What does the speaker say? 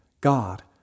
God